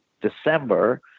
December